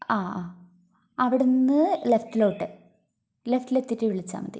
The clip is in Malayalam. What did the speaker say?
ആ ആ അവിടെനിന്ന് ലെഫ്റ്റിലോട്ട് ലെഫ്റ്റിൽ എത്തിയിട്ടു വിളിച്ചാൽ മതി